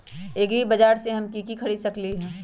एग्रीबाजार से हम की की खरीद सकलियै ह?